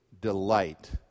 delight